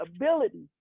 ability